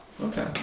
Okay